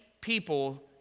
people